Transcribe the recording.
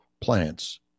plants